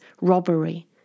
robbery